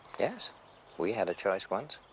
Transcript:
yes we had a choice once.